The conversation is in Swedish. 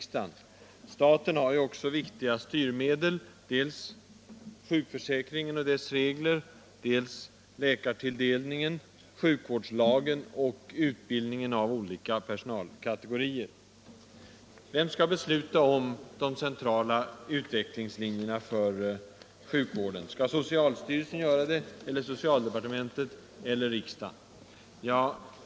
Staten har ju också viktiga styrmedel — dels sjukförsäkringen och dess regler, dels läkartilldelningen, sjukvårdslagen och utbildningen av olika personalkategorier. Vem skall besluta om de centrala utvecklingslinjerna för sjukvården? Skall socialstyrelsen, socialdepartementet eller riksdagen göra det?